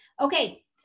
Okay